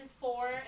four